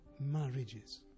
marriages